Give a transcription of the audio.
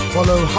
Follow